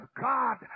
God